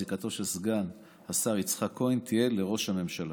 זיקתו של סגן השר יצחק כהן תהיה לראש הממשלה,